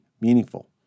meaningful